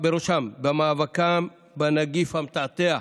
במאבקם בנגיף המתעתע,